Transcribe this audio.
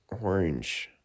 orange